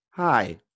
Hi